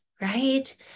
Right